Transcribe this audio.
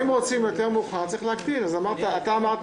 אם אפשר,